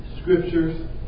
scriptures